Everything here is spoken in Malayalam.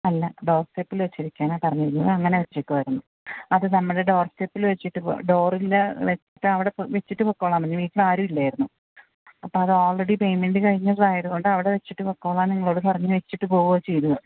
അല്ല ഡോർപെറ്റിൽ വച്ചേക്കാനാണ് പറഞ്ഞിരുന്നത് അങ്ങനെ വച്ചേക്കുവായിരുന്നു അത് നമ്മൾ ഡോർപെറ്റിൽ വെച്ചിട്ട് ഡോറിൻ്റെ ജസ്റ്റ് അവിടെ വെച്ചിട്ട് പൊക്കോളാൻ പറഞ്ഞ് വീട്ടിൽ ആരും ഇല്ലായിരുന്നു അപ്പം അത് ഓൾറെഡി പേയ്മെന്റ് കഴിഞ്ഞതായത് കൊണ്ട് അവിടെ വെച്ചിട്ട് പൊക്കോളാൻ നിങ്ങളോട് പറഞ്ഞു വെച്ചിട്ട് പോകുകയാണ് ചെയ്തത്